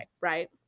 right